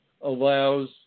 allows